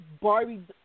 Barbie